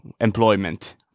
employment